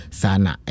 sana